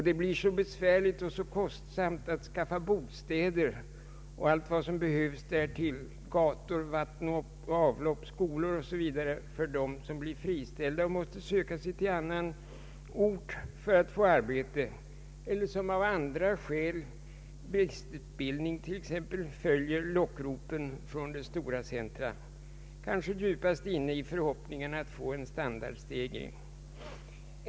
Det blir så besvärligt och kostsamt att skaffa bostäder och allt vad som behövs därtill — gator, vatten och avlopp, skolor o.s.v. — för dem som efter friställning måste söka sig till annan ort för att få arbete eller som av andra skäl, bristutbildning t.ex., följer lockropen från de stora centra, kanske djupast inne i förhoppningen att få en standardstegring.